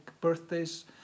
birthdays